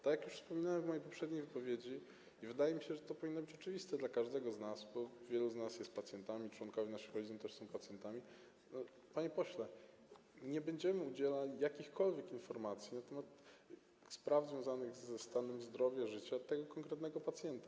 Tak jak wspominałem w mojej poprzedniej wypowiedzi - wydaje mi się, że to powinno być oczywiste dla każdego z nas, bo wielu z nas jest pacjentami, członkowie naszych rodzin są pacjentami - panie pośle, nie będziemy udzielali jakichkolwiek informacji na temat spraw związanych ze stanem zdrowia i życia tego konkretnego pacjenta.